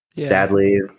sadly